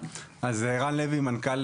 ערן לוי, מנכ"ל